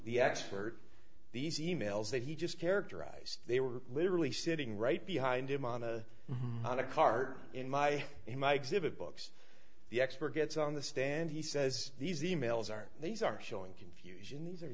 the expert these e mails that he just characterized they were literally sitting right behind him on a on a card in my in my exhibit books the expert gets on the stand he says these e mails are these are showing confusion these are